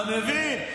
אתה מבין?